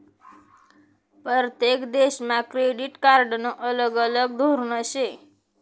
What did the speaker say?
परतेक देशमा क्रेडिट कार्डनं अलग अलग धोरन शे